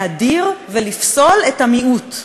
להדיר ולפסול את המיעוט?